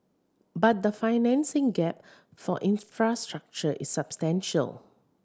but the financing gap for infrastructure is substantial